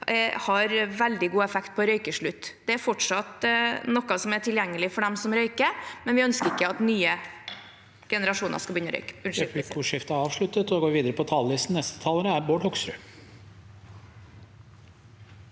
har veldig god effekt på røykeslutt. Det er fortsatt noe som er tilgjengelig for dem som røyker, men vi ønsker ikke at nye generasjoner skal begynne å røyke.